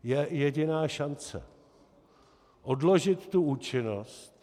Je jediná šance odložit účinnost.